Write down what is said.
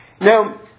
Now